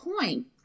point